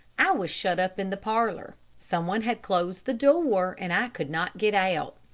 i was shut up in the parlor. some one had closed the door, and i could not get out.